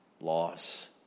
Loss